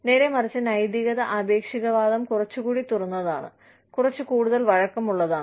നേരെമറിച്ച് നൈതിക ആപേക്ഷികവാദം കുറച്ചുകൂടി തുറന്നതാണ് കുറച്ച് കൂടുതൽ വഴക്കമുള്ളതാണ്